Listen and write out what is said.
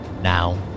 Now